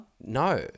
No